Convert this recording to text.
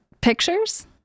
Pictures